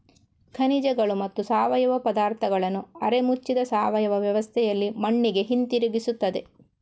ಖನಿಜಗಳು ಮತ್ತು ಸಾವಯವ ಪದಾರ್ಥಗಳನ್ನು ಅರೆ ಮುಚ್ಚಿದ ಸಾವಯವ ವ್ಯವಸ್ಥೆಯಲ್ಲಿ ಮಣ್ಣಿಗೆ ಹಿಂತಿರುಗಿಸುತ್ತದೆ